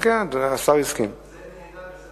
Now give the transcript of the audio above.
ההצעה להעביר את הנושא